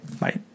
Bye